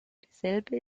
dieselbe